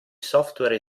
software